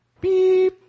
Beep